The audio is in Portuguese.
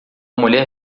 mulher